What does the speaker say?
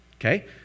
Okay